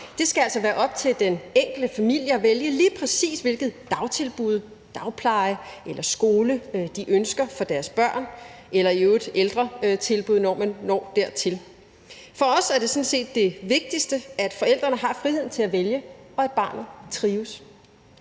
Det skal altså være op til den enkelte familie at vælge, lige præcis hvilket dagtilbud – dagpleje eller skole – de ønsker for deres børn, eller i øvrigt ældretilbud, når man når dertil. For os er det sådan set det vigtigste, at forældrene har frihed til at vælge, og at barnet trives.